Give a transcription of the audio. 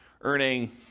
earning